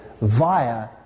via